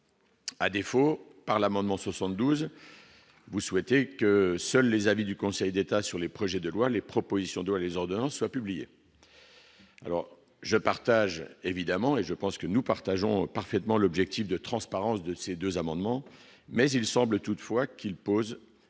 à défaut, par l'amendement 72, vous souhaitez que seuls les avis du Conseil d'État sur les projets de loi les propositions doit les ordonnances soient publiés. Alors je partage évidemment et je pense que nous partageons parfaitement l'objectif de transparence de ces 2 amendements mais il semble toutefois qu'il pose